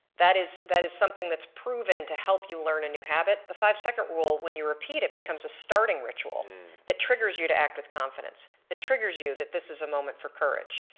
that is that is something that's proven to help you learn a new habit. the five second rule when you repeat it becomes a starting ritual that triggers you to act with confidence, that triggers you that this is a moment for courage,